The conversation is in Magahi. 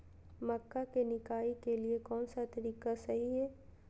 मक्का के निराई के लिए कौन सा तरीका सही है?